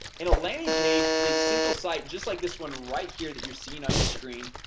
and a landing page is a simple site, just like this one right here that you're seeing on your screen,